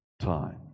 time